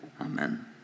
Amen